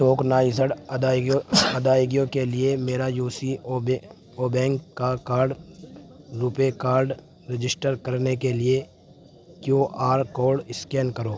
tokenized ادائیگیوں ادائیگیوں کے لیے میرا یو سی او بینک کا کارڈ روپے کارڈ رجسٹر کرنے کے لیے کیو آر کوڈ اسکین کرو